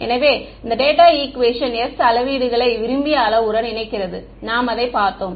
எனவே இந்த data equation s அளவீடுகளை விரும்பிய அளவுருவுடன் இணைக்கிறது நாம் அதைப் பார்த்தோம்